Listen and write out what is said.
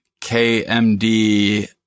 KMD